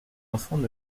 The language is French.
enfants